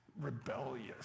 rebellious